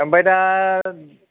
ओमफ्राय दा